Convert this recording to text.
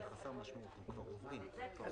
בתוכנית הקודמת סיוע לעמותות עמד על 0%,